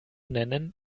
nennen